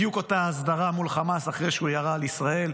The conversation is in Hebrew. בדיוק אותה הסדרה מול חמאס אחרי שהוא ירה על ישראל.